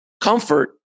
comfort